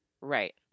Right